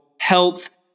health